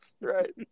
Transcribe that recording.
right